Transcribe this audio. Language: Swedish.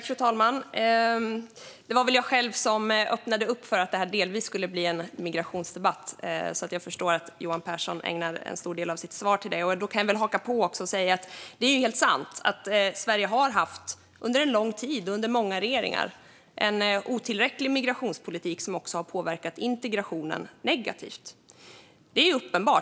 Fru talman! Det var jag själv som öppnade upp för att detta delvis skulle bli en migrationsdebatt, så jag förstår att Johan Pehrson ägnade en stor del av sitt svar åt det. Jag kan haka på det. Det är helt sant att Sverige under lång tid och under många regeringar har haft en otillräcklig migrationspolitik, vilket också har påverkat integrationen negativt.